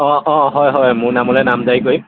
অঁ অঁ হয় হয় মোৰ নামলৈ নামজাৰি কৰিম